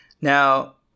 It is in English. Now